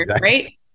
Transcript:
Right